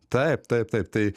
taip taip taip tai